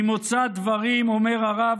ממוצא דברים" אומר הרב,